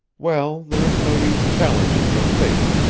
well, there is no use challenging your fate.